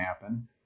happen